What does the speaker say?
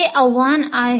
ते एक आव्हान आहे